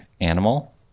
animal